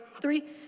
Three